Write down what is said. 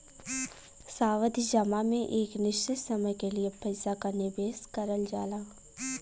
सावधि जमा में एक निश्चित समय के लिए पइसा क निवेश करल जाला